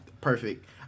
perfect